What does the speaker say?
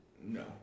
no